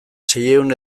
seiehun